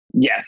Yes